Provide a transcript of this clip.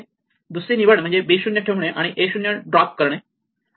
दुसरी निवड म्हणजे b 0 ठेवणे आणि a 0 ड्रॉप करणे